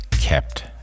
kept